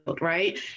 right